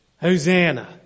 Hosanna